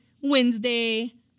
Wednesday